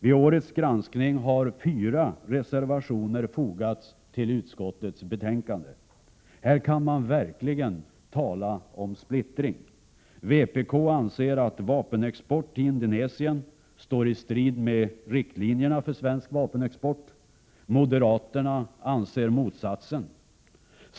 Vid årets granskning har fyra reservationer fogats till utskottets betänkande. Här kan man verkligen tala om splittring. Vpk anser att vapenexport till Indonesien står i strid med riktlinjerna för svensk vapenexport. Moderaterna anser motsatsen.